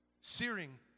Searing